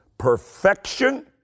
Perfection